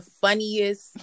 funniest